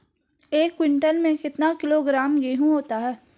एक क्विंटल में कितना किलोग्राम गेहूँ होता है?